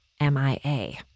MIA